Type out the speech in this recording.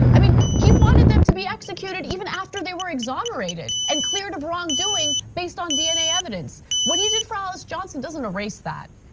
i mean, he wanted them to be executed even after they were exonerated and cleared of wrongdoing, based on dna evidence. what he did for alice johnson doesn't erase that.